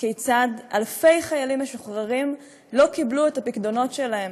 כיצד אלפי חיילים משוחררים לא קיבלו את הפיקדונות שלהם